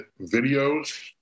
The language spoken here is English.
videos